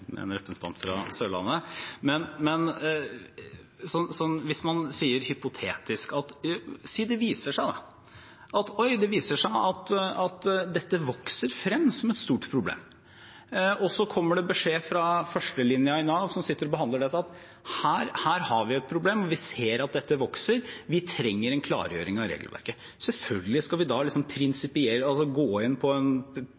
en representant fra Sørlandet. Men, hypotetisk, hvis det viser seg at dette vokser frem som et stort problem, og så kommer det beskjed fra førstelinjen i Nav, som sitter og behandler dette, at her har vi et problem, vi ser at dette vokser, vi trenger en klargjøring av regelverket, selvfølgelig skal vi da